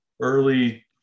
early